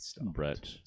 Brett